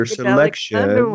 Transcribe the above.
selection